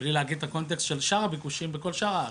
בלי להגיד את הקונטקסט של שאר הביקושים בכל שאר הארץ,